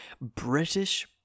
British